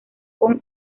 con